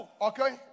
Okay